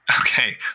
okay